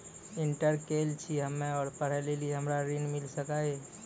Inter केल छी हम्मे और पढ़े लेली हमरा ऋण मिल सकाई?